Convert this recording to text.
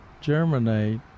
germinate